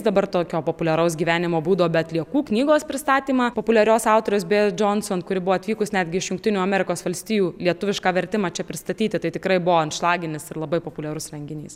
dabar tokio populiaraus gyvenimo būdo be atliekų knygos pristatymą populiarios autorės bejos johnson kuri buvo atvykus netgi iš jungtinių amerikos valstijų lietuvišką vertimą čia pristatyti tai tikrai buvo antšlaginis ir labai populiarus renginys